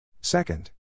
Second